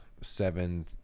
seven